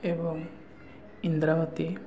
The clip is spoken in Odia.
ଏବଂ ଇନ୍ଦ୍ରାବତୀ